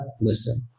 listen